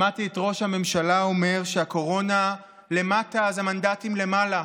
שמעתי את ראש הממשלה אומר שכשהקורונה למטה אז המנדטים למעלה.